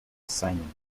symington